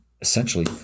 essentially